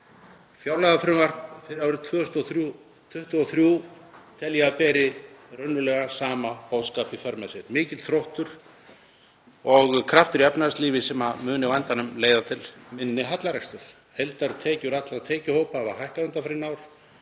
Fjárlagafrumvarp fyrir árið 2023 tel ég að beri raunverulega sama boðskap í för með sér, mikill þróttur og kraftur í efnahagslífi sem muni á endanum leiða til minni hallareksturs. Heildartekjur allra tekjuhópa hafa hækkað undanfarin ár,